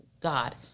God